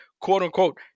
quote-unquote